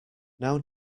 now